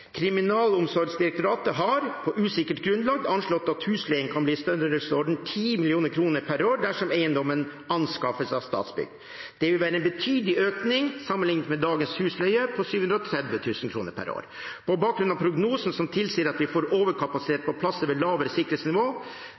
Kriminalomsorgsdirektoratet har, på usikkert grunnlag, sagt at husleien kan bli i størrelsesorden 10 mill. kr per år dersom eiendommen anskaffes av Statsbygg. Det vil være en betydelig økning sammenlignet med dagens husleie på 730 000 kr per år. På bakgrunn av prognosen som tilsier at vi får overkapasitet på plasser ved lavere sikkerhetsnivå,